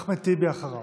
אחמד טיבי אחריה.